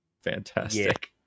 Fantastic